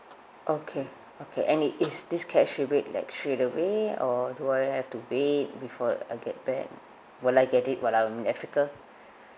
okay okay and it is this cash rebate like straight away or do I have to wait before I get back will I get it while I'm in africa